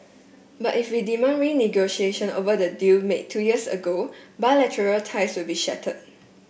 but if we demand renegotiation over the deal made two years ago bilateral ties will be shattered